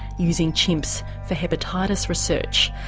using chimps for hepatitis research.